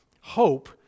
hope